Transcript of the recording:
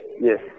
yes